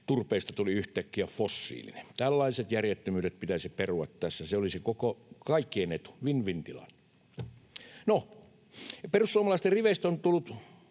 turpeesta tuli yhtäkkiä fossiilinen. Tällaiset järjettömyydet pitäisi perua tässä. Se olisi kaikkien etu, win-win-tilanne. No, perussuomalaisten riveistä on tullut